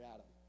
Adam